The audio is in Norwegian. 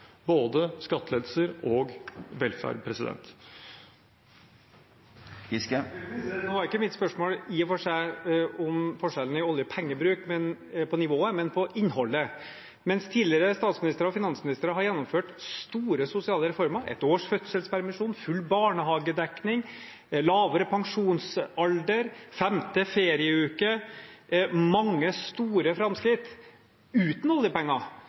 både skattelettelser og velferd. Nå var ikke mitt spørsmål i og for seg om forskjellen på nivået på oljepengebruk, men om innholdet. Mens tidligere statsministre og finansministre har gjennomført store sosiale reformer – et års fødselspermisjon, full barnehagedekning, lavere pensjonsalder, en femte ferieuke og mange store framskritt – uten oljepenger,